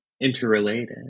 interrelated